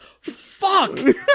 fuck